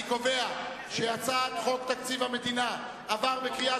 אני קובע שהצעת חוק תקציב המדינה עבר בקריאה